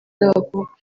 z’abakobwa